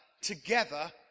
together